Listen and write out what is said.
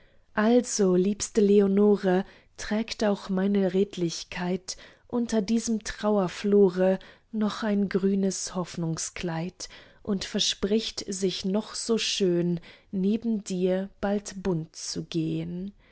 also liebste leonore trägt auch meine redlichkeit unter diesem trauerflore noch ein grünes hoffnungskleid und verspricht sich noch so schön neben dir bald bunt zu gehn